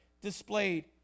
displayed